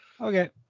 Okay